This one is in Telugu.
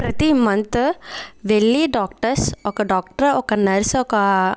ప్రతి మంత్ వెళ్ళి డాక్టర్స్ ఒక డాక్టర్ ఒక నర్స్ ఒక